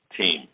team